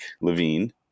Levine